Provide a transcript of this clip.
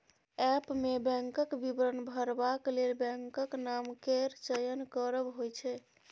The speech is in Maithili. ऐप्प मे बैंकक विवरण भरबाक लेल बैंकक नाम केर चयन करब होइ छै